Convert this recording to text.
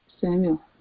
Samuel